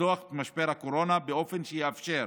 לצלוח את משבר הקורונה באופן שיאפשר